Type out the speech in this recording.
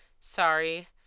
Sorry